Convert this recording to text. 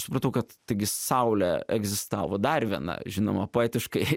supratau kad taigi saulė egzistavo dar viena žinoma poetiškai